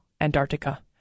Antarctica